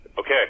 Okay